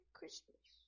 Christmas